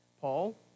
Paul